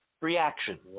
reaction